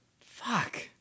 Fuck